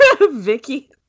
Vicky